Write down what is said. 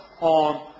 on